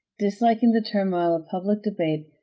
disliking the turmoil of public debate,